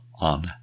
on